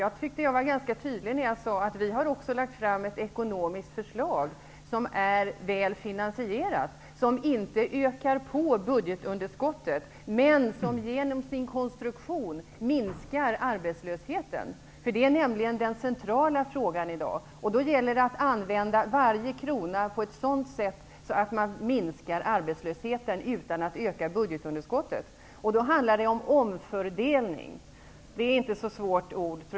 Jag tycker att jag var ganska tydlig när jag sade att vi har lagt fram ett förslag till ekonomisk politik som är väl finansierat och som inte ökar på budgetunderskottet men som genom sin konstruktion minskar arbetslösheten. Det är nämligen den centrala frågan i dag, och då gäller det att använda varje krona på ett sådant sätt att man minskar arbetslösheten utan att öka budgetunderskottet. Då handlar det om omfördelning. Det är inte ett så svårt ord.